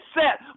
set